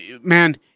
man